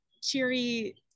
cheery